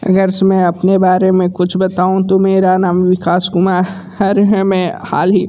अगरचे मैं अपने बारे में कुछ बताऊँ तो मेरा नाम विकास कुमा र है मैं हाल ही